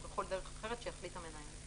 ובכל דרך אחרת שיחליט המנהל.